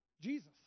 Jesus